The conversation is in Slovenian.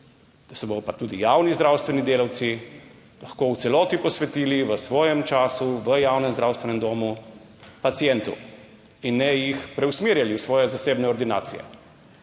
Da se bodo pa tudi javni zdravstveni delavci. Lahko v celoti posvetili v svojem času v javnem zdravstvenem domu pacientu in ne jih preusmerjali v svoje zasebne ordinacije.